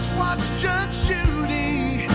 judge judy,